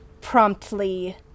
promptly